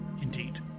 Indeed